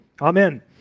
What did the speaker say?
Amen